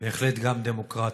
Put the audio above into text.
בהחלט גם דמוקרטית.